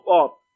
up